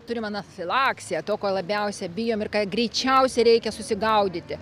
turim anafilaksiją to ko labiausia bijom ir ką greičiausiai reikia susigaudyti